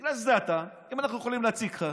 בגלל שזה אתה, אז אנחנו יכולים להציק לך.